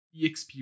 EXP